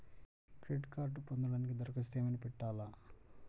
Credit కార్డ్ను పొందటానికి దరఖాస్తు ఏమయినా పెట్టాలా?